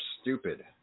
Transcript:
stupid